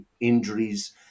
injuries